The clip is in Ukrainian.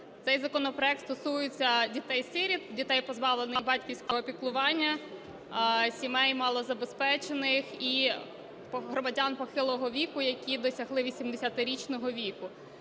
Цей законопроект стосується дітей-сиріт, дітей, позбавлених батьківського піклування, сімей малозабезпечених і громадян похилого віку, які досягли 80-річного віку.